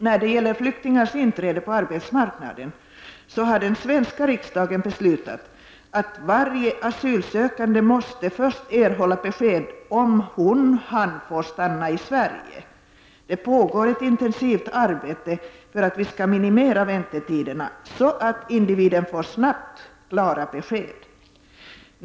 När det gäller flyktingars inträde på arbetsmarknaden har den svenska riksdagen beslutat att varje asylsökande först måste erhålla besked om han eller hon får stanna i Sverige. Det pågår ett intensivt arbete för att vi skall minimera väntetiderna, så att individen snabbt får klara besked.